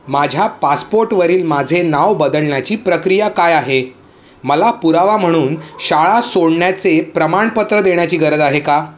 माझ्या पासपोटवरील माझे नाव बदलण्याची प्रक्रिया काय आहे मला पुरावा म्हणून शाळा सोडण्याचे प्रमाणपत्र देण्याची गरज आहे का